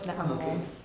okay